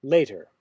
Later